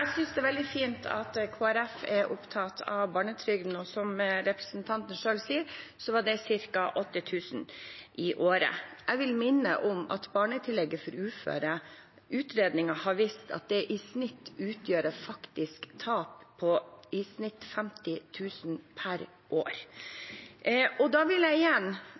synes det er veldig fint at Kristelig Folkeparti er opptatt av barnetrygden, og som representanten selv sier, var det ca. 8 000 kr i året. Jeg vil minne om at utredninger har vist at barnetillegget for uføre utgjør et faktisk tap på i snitt 50 000 kr per år. Da vil jeg igjen